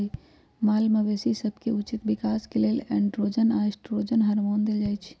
माल मवेशी सभके उचित विकास के लेल एंड्रोजन आऽ एस्ट्रोजन हार्मोन देल जाइ छइ